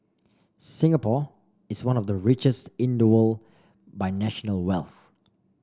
Singapore is one of the richest in the world by national wealth